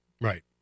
Right